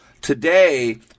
today